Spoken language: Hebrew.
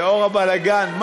בגלל הבלגן.